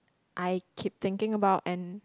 I keep thinking about and